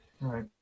Right